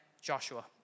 Joshua